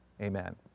amen